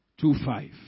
Two-five